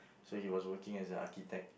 so he was working as a architect